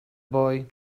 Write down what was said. boy